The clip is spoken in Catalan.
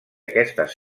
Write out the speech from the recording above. aquestes